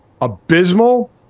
abysmal